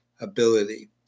ability